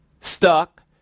Stuck